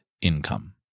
income